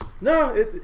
No